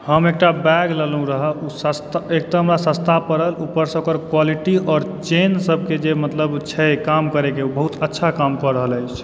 हम एकटा बैग लेलहुँ रहऽ ओ सस्ता एकतऽ हमरा सस्ता पड़ल ऊपरसँ ओकर क्वालिटी आओर चेनसभके जे मतलब छै काम करयके ओ बहुत अच्छा कामकऽ रहल अछि